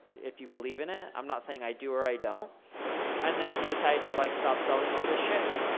if you believe in it. i'm not saying i do or i don't and then he decided to like stop selling all this shit.